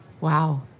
wow